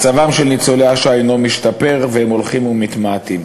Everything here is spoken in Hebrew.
שמצבם של ניצולי השואה אינו משתפר ושהם הולכים ומתמעטים.